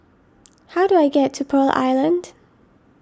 how do I get to Pearl Island